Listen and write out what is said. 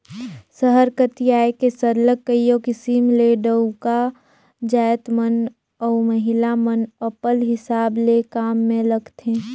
सहर कती आए के सरलग कइयो किसिम ले डउका जाएत मन अउ महिला मन अपल हिसाब ले काम में लगथें